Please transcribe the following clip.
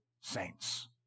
saints